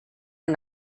are